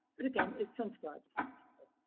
but, again, it's transcribed as ninety seven.